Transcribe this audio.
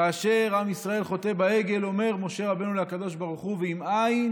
כאשר עם ישראל חוטא בעגל אומר משה רבנו לקדוש ברוך הוא: "ואם אין